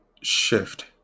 shift